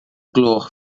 gloch